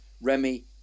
Remy